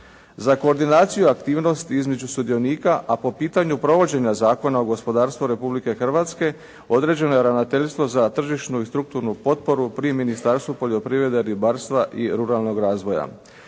za koordinaciju i aktivnost između sudionika, a po pitanju provođenja Zakona o gospodarstvu Republike Hrvatske određeno je Ravnateljstvo za tržišnu i strukturnu potporu pri Ministarstvu poljoprivrede, ribarstva i ruralnog razvoja.